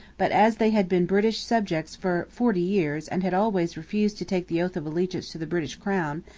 but as they had been british subjects for forty years and had always refused to take the oath of allegiance to the british crown,